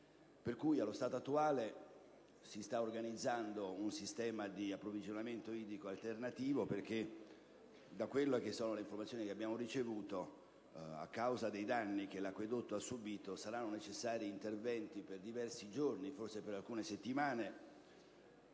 Allo stato attuale, si sta organizzando un sistema di approvvigionamento idrico alternativo. In base alle informazioni che abbiamo ricevuto, a causa dei danni che l'acquedotto ha subìto, saranno necessari interventi per diversi giorni, forse per alcune settimane